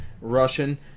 Russian